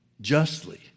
justly